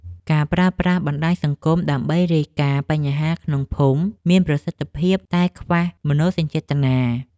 ការប្រើប្រាស់បណ្តាញសង្គមដើម្បីរាយការណ៍បញ្ហាក្នុងភូមិមានប្រសិទ្ធភាពតែខ្វះមនោសញ្ចេតនា។